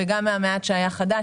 וגם במעט שהיה חדש,